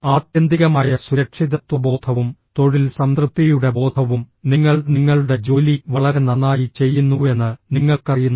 ആത്യന്തികമായ സുരക്ഷിതത്വബോധവും തൊഴിൽ സംതൃപ്തിയുടെ ബോധവും നിങ്ങൾ നിങ്ങളുടെ ജോലി വളരെ നന്നായി ചെയ്യുന്നുവെന്ന് നിങ്ങൾക്കറിയുന്നു